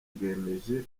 bwemeje